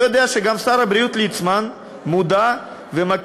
אני יודע שגם שר הבריאות ליצמן מודע ומכיר